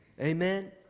Amen